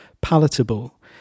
palatable